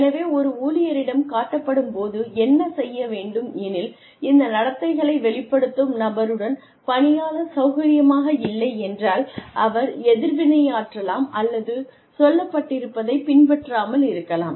எனவே ஒரு ஊழியரிடம் காட்டப்படும்போது என்ன செய்ய வேண்டும் எனில் இந்த நடத்தைகளை வெளிப்படுத்தும் நபருடன் பணியாளர் சௌகரியமாக இல்லை என்றால் அவர் எதிர்வினையாற்றலாம் அல்லது சொல்லப்பட்டிருப்பதை பின்பற்றாமல் இருக்கலாம்